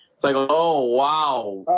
it's like oh wow